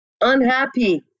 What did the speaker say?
unhappy